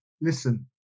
Listen